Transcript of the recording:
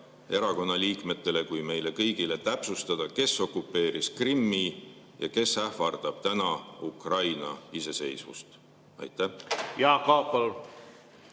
erakonna liikmetele kui meile kõigile täpsustada, kes okupeeris Krimmi ja kes ähvardab täna Ukraina iseseisvust? Ma tänan,